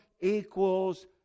equals